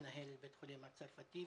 מנהל בית החולים הצרפתי,